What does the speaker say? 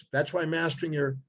that's why mastering your,